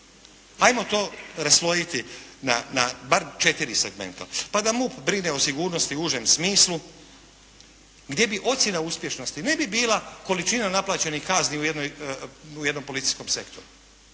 Ajmo to raslojiti na bar četiri segmenta, pa da MUP brine o sigurnosti u užem smislu gdje ocjena uspješnosti ne bi bila količina naplaćenih kazni u jednom policijskom sektoru